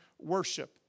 worship